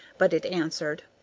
but it answered.